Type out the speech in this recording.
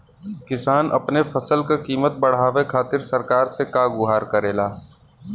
किसान अपने फसल क कीमत बढ़ावे खातिर सरकार से का गुहार करेला?